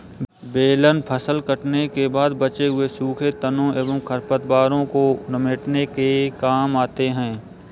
baler फसल कटने के बाद बचे हुए सूखे तनों एवं खरपतवारों को समेटने के काम आते हैं